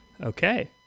okay